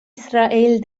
israel